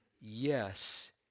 yes